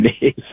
days